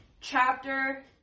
chapter